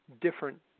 different